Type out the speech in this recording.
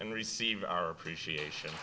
and receive our appreciation